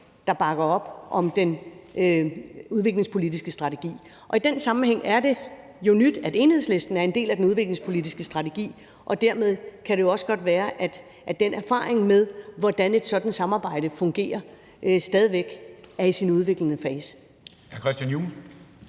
der bakker op om den udviklingspolitiske strategi. I den sammenhæng er det jo nyt, at Enhedslisten er en del af den udviklingspolitiske strategi, og dermed kan det jo også godt være, at den erfaring med, hvordan et sådant samarbejde fungerer, stadig væk er i sin udviklende fase.